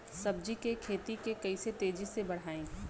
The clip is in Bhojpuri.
सब्जी के खेती के कइसे तेजी से बढ़ाई?